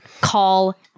Call